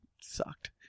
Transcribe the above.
sucked